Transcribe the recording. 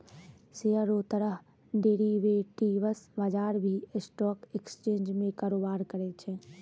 share रो तरह derivatives बजार भी स्टॉक एक्सचेंज में कारोबार करै छै